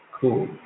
cool